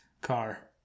car